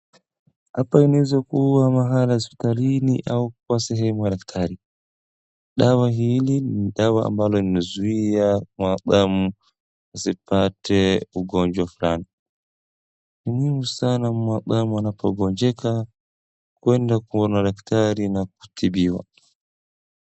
Hapa inaeza kuwa mahali hospitalini au kwa sehemu ya daktari. Dawa hii ni dawa ambayo inazuia mwanadamu asipate ugonjwa fulani. Ni muhimu sana mwanadamu anapogonjeka kwenda kuona daktari na kutibiwa.